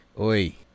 Oi